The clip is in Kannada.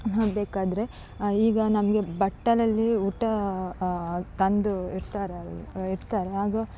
ಆಗ ಬೇಕಾದರೆ ಈಗ ನಮಗೆ ಬಟ್ಟಲಲ್ಲಿ ಊಟ ತಂದು ಇಡ್ತಾರಲ್ಲ ಇಡ್ತಾರೆ ಆಗ